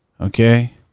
Okay